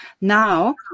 Now